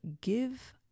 give